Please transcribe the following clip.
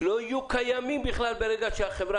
לא יהיו קיימים בכלל ברגע שהחברה